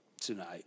tonight